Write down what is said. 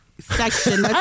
section